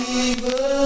evil